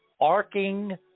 arcing